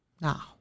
now